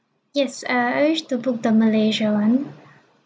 yes uh I wish to book the malaysia one